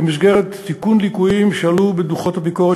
במסגרת תיקון ליקויים שעלו בדוחות הביקורת